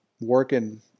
working